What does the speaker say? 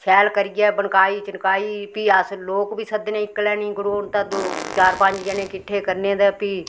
शैल करियै बनकाई चनकाई फ्ही अस लोक बी सद्दने इक्कले नी गड़ौन तां दो चार पंज जने इकट्ठे करने ते फ्ही